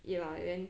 is like and